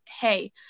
hey